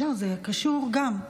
זה קשור, גם.